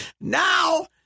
Now